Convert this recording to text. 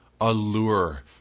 allure